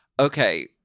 Okay